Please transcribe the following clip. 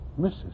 Mrs